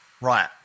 Right